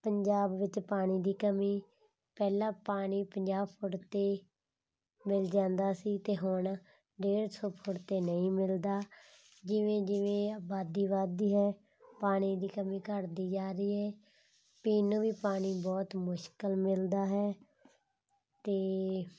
ਪੰਜਾਬ ਵਿੱਚ ਪਾਣੀ ਦੀ ਕਮੀ ਪਹਿਲਾਂ ਪਾਣੀ ਪੰਜਾਹ ਫੁੱਟ 'ਤੇ ਮਿਲ ਜਾਂਦਾ ਸੀ ਅਤੇ ਹੁਣ ਡੇਢ ਸੌ ਫੁੱਟ 'ਤੇ ਨਹੀਂ ਮਿਲਦਾ ਜਿਵੇਂ ਜਿਵੇਂ ਆਬਾਦੀ ਵੱਧਦੀ ਹੈ ਪਾਣੀ ਦੀ ਕਮੀ ਘੱਟਦੀ ਜਾ ਰਹੀ ਹੈ ਪੀਣ ਨੂੰ ਵੀ ਪਾਣੀ ਬਹੁਤ ਮੁਸ਼ਕਿਲ ਮਿਲਦਾ ਹੈ ਅਤੇ